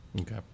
Okay